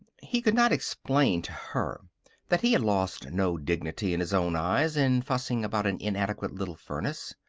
he could not explain to her that he lost no dignity in his own eyes in fussing about an inadequate little furnace,